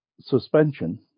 suspension